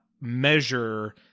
measure